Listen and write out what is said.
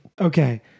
Okay